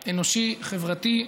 אנושי, חברתי.